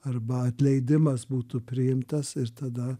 arba atleidimas būtų priimtas ir tada